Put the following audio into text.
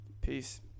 Peace